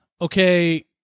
okay